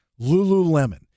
Lululemon